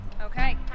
Okay